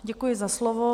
Děkuji za slovo.